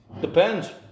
Depends